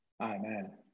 Amen